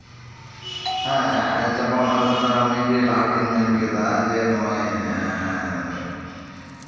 ᱦᱮᱸ ᱡᱮᱢᱚᱱ ᱦᱩᱭᱩᱜ ᱠᱟᱱᱟ ᱢᱤᱫ ᱜᱷᱟᱹᱲᱤᱡ ᱞᱟᱦᱟ ᱨᱮᱜᱤᱧ ᱢᱮᱱ ᱠᱮᱫᱟ ᱡᱮ ᱱᱚᱜᱼᱚᱭ